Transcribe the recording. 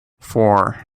four